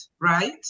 right